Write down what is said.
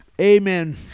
Amen